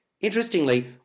Interestingly